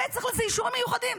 וצריך לזה אישורים מיוחדים.